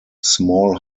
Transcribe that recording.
small